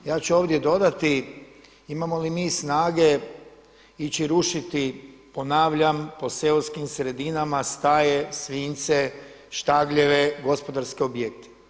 Ja ću ovdje dodati, imamo li mi snage ići rušiti, ponavljam, po seoskim sredinama staje, svinjce, štagljeve, gospodarske objekte.